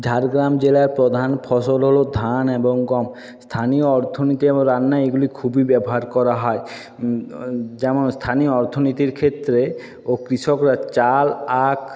ঝাড়গ্রাম জেলায় প্রধান ফসল হলো ধান এবং গম স্থানীয় অর্থনীতি এবং রান্নায় এগুলি খুবই ব্যবহার করা হয় যেমন স্থানীয় অর্থনীতির ক্ষেত্রে ও কৃষকরা চাল আখ